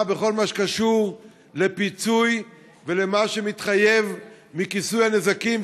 בכל מה שקשור לפיצוי ולמה שמתחייב מכיסוי הנזקים,